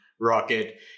Rocket